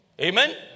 Amen